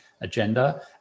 agenda